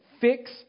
fix